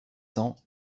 cents